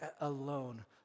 alone